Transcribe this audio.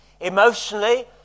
emotionally